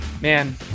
man